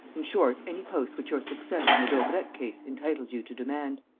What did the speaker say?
in short, any post which your success in the daubrecq case entitles you to demand.